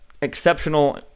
exceptional